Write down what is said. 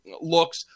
looks